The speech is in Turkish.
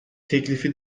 teklifi